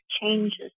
changes